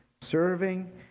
serving